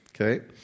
okay